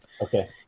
Okay